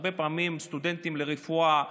הרבה פעמים סטודנטים לרפואה,